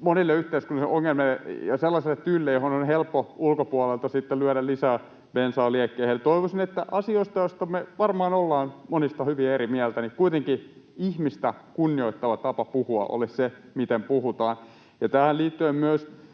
monille yhteiskunnallisille ongelmille, ja sellaisella tyylillä, johon on helppo ulkopuolelta lyödä lisää bensaa liekkeihin. Eli toivoisin, että vaikka monista asioista me varmaan ollaan hyvin eri mieltä, niin kuitenkin ihmistä kunnioittava tapa puhua olisi se, miten puhutaan. Tähän liittyen myös